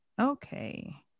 Okay